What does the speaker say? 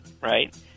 right